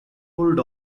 pulled